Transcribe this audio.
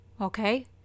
Okay